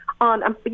On